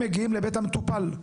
שמגיעים לבית המטופל.